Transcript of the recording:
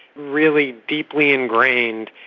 really deeply ingrained,